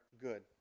good